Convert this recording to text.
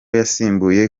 yasimbuye